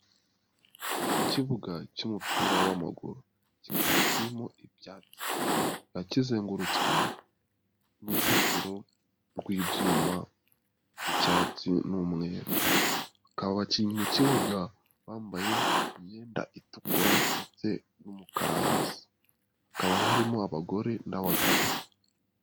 Ikibuga cy'umupira w'amaguru kikaba kirimo ibyatsi kikaba kizengurutswe n'uruzitiro rw'ibyuma by'icyatsi n'umweru, aba bakinnyi mu kibuga bambaye imyenda itukura ndetse n'umukara hasi hakaba harimo abagore n'abagabo.